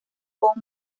como